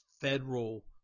federal